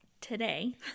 today